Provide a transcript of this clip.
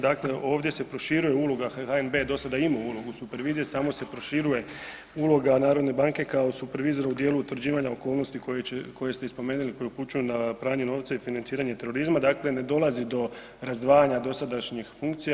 Dakle, ovdje se proširuje uloga, HNB je dosada imao ulogu supervizije, samo se proširuje uloga narodne banke kao supervizor u dijelu utvrđivanja okolnosti koje će, koje ste i spomenuli koje upućuju na pranje novca i financiranja terorizma, dakle ne dolazi do razdvajanja dosadašnjih funkcija.